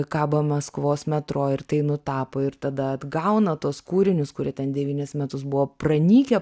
kaba maskvos metro ir tai nutapo ir tada atgauna tuos kūrinius kurie ten devynis metus buvo pranykę